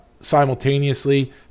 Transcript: simultaneously